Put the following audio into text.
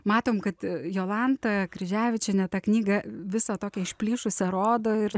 matom kad jolanta kryževičienė tą knygą visą tokią išplyšusią rodo ir